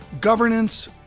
governance